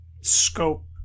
scope